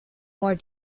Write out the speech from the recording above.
more